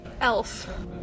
Elf